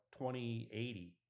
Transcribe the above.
2080